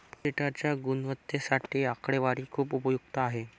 डेटाच्या गुणवत्तेसाठी आकडेवारी खूप उपयुक्त आहे